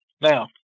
Now